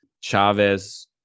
Chavez